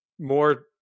more